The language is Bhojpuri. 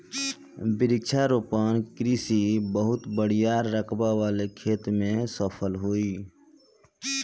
वृक्षारोपण कृषि बहुत बड़ियार रकबा वाले खेत में सफल होई